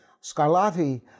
Scarlatti